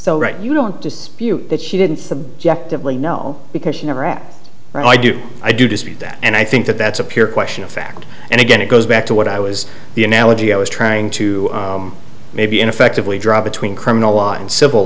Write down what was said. so right you don't dispute that she didn't subjectively know because she never at all i do i do dispute that and i think that that's a pure question of fact and again it goes back to what i was the analogy i was trying to maybe ineffectively draw between criminal law and civil